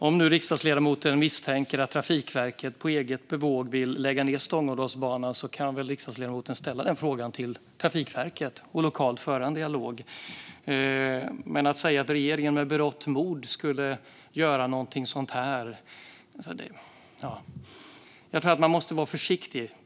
Om nu riksdagsledamoten misstänker att Trafikverket på eget bevåg vill lägga ned Stångådalsbanan kan väl riksdagsledamoten ställa den frågan till Trafikverket och föra en dialog lokalt i stället för att säga att regeringen med berått mod skulle göra någonting sådant. Jag tror att man måste vara försiktig.